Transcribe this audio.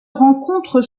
rencontre